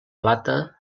plata